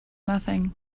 nothing